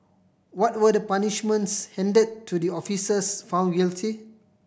what were the punishments handed to the officers found guilty